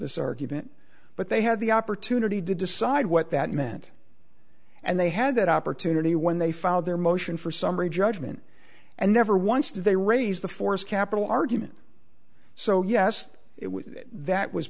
this argument but they had the opportunity to decide what that meant and they had that opportunity when they filed their motion for summary judgment and never once did they raise the forced capital argument so yes it was that was